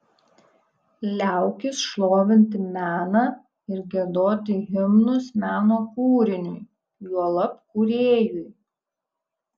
liaukis šlovinti meną ir giedoti himnus meno kūriniui juolab kūrėjui